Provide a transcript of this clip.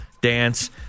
dance